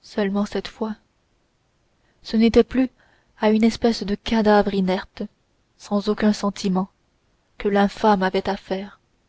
seulement cette fois ce n'était plus à une espèce de cadavre inerte sans aucun sentiment que l'infâme avait